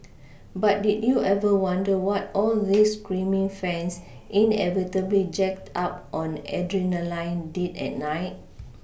but did you ever wonder what all these screaming fans inevitably jacked up on adrenaline did at night